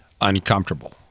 uncomfortable